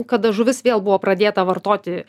kada žuvis vėl buvo pradėta vartoti